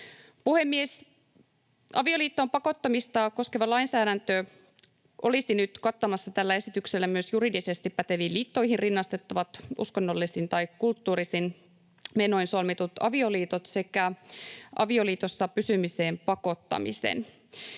Puhemies! Avioliittoon pakottamista koskeva lainsäädäntö olisi nyt kattamassa tällä esityksellä myös juridisesti päteviin liittoihin rinnastettavat uskonnollisin tai kulttuurisin menoin solmitut avioliitot sekä avioliitossa pysymiseen pakottamisen.